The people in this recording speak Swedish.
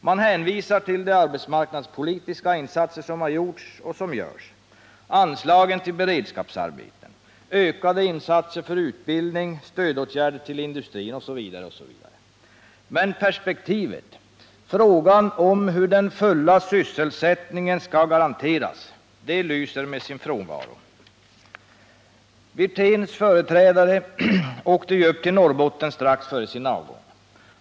Man hänvisar till de arbetsmarknadspolitiska insatser som har gjorts och som görs: anslagen till beredskapsarbeten, ökade insatser för utbildning, stödåtgärder till industrin osv. osv. Men perspektivet, frågan om hur den fulla sysselsättningen skall garanteras, det lyser med sin frånvaro. Rolf Wirténs företrädare åkte upp till Norrbotten strax före sin avgång.